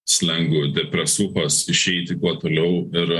slengu depresuchos išeiti kuo toliau ir